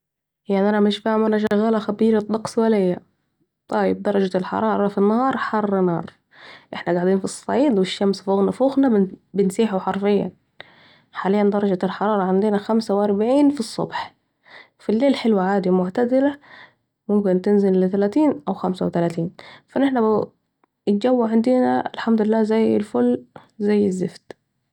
يعني أنا مش فاهمه أنا شغاله خبيرة طقس ولا إيه ؟ طيب درجة الحرارة في النهاية حر نار ، إحنا قاعدين في الصعيد الشمس فوق نافوخنا بنسيحوا حرفياً، حالياً درجة الحرارة عندينا خمسه و اربيعين في الصبح في الليل حلوه عادي معتدله ممكن تنزل ل 30 ..35 ، فا نحنا الجو زي الفل عندينا زي الزفت الحمدلله